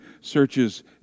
searches